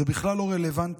זה בכלל לא רלוונטי.